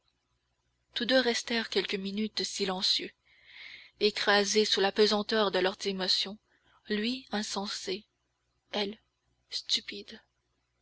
tous deux restèrent quelques minutes silencieux écrasés sous la pesanteur de leurs émotions lui insensé elle stupide